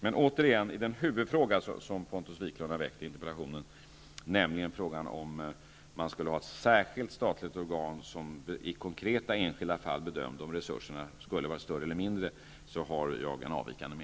Men i den huvudfråga som Pontus Wiklund har väckt i interpellationen har jag en avvikande mening, nämligen när det gäller om man skulle ha ett särskilt statligt organ som i konkreta enskilda fall bedömde om resurserna skulle vara större eller mindre.